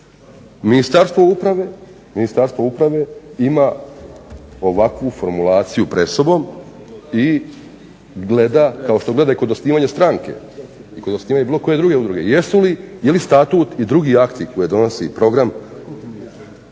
Ministarstvo uprave ima ovakvu formulaciju pred sobom i gleda, kao što gleda i kod osnivanja stranke i kod osnivanja bilo koje druge udruge, je li Statut i drugi akti koje donosi program